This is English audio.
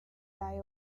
die